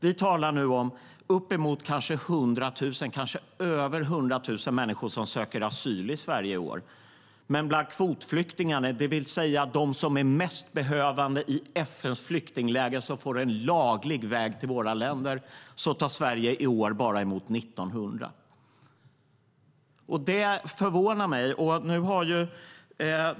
Vi talar nu om kanske över 100 000 människor som söker asyl i Sverige i år. Men bland kvotflyktingarna, det vill säga dem som är mest behövande i FN:s flyktingläger och som får en laglig väg till våra länder, tar Sverige i år bara emot 1 900. Det förvånar mig.